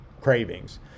cravings